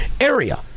area